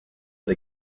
but